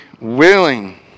willing